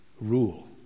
rule